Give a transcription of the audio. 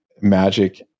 magic